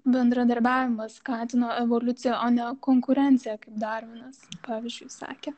bendradarbiavimas skatino evoliuciją o ne konkurencija kaip darvinas pavyzdžiui sakė